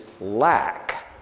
lack